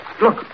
Look